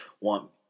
want